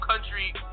country